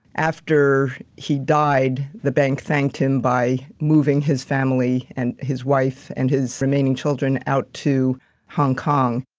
after he died, the bank thanked him by moving his family and his wife and his remaining children out to hong kong.